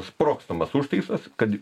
sprogstamas užtaisas kad